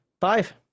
Five